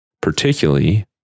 particularly